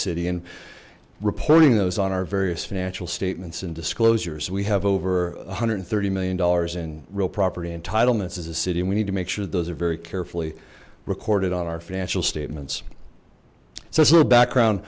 city and reporting those on our various financial statements and disclosures we have over one hundred thirty million dollars in real property entitlements as a city and we need to make sure those are very carefully recorded on our financial statements